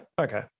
okay